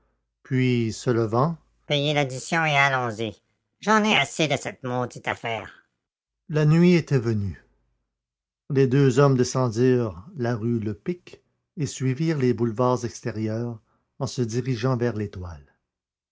puis se levant payez l'addition et allons-y j'en ai assez de cette maudite affaire la nuit était venue les deux hommes descendirent la rue lepic et suivirent les boulevards extérieurs en se dirigeant vers l'étoile